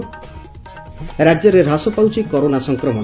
ରାଜ୍ୟରେ ହ୍ରାସପାଉଛି କରୋନା ସଂକ୍ରମଣ